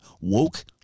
woke